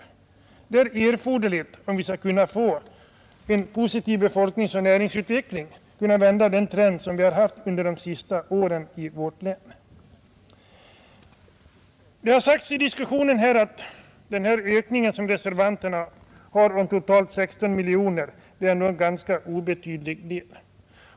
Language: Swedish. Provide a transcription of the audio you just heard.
Detta är erforderligt om vi skall kunna få en positiv befolkningsoch näringsutveckling och kunna vända den trend som vi har haft under de senaste åren i vårt län. Det har sagts här i diskussionen att denna ökning som reservanterna kräver på totalt 16 miljoner är ganska obetydlig.